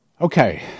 Okay